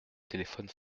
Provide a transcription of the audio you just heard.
téléphone